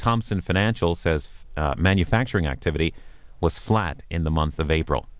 thomson financial says manufacturing activity was flat in the month of april